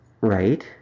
Right